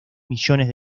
millones